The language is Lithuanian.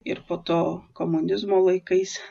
ir po to komunizmo laikais